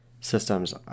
systems